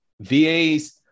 VAs